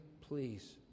Please